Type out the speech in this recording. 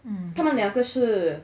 他们两个是